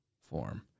form